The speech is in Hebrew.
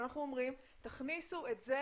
אנחנו אומרים תכניסו את זה